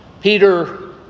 Peter